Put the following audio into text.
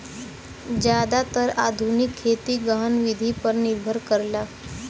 जादातर आधुनिक खेती गहन विधि पर निर्भर करला